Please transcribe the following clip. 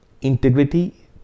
integrity